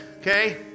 okay